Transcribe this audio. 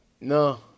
No